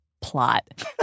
Plot